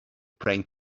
praying